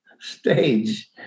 stage